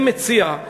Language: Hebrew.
אני מציע,